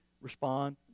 respond